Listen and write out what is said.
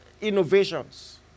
innovations